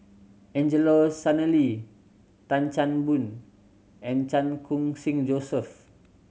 Angelo Sanelli Tan Chan Boon and Chan Khun Sing Joseph